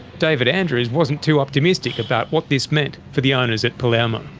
david andrews wasn't too optimistic about what this meant for the owners at palermo.